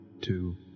two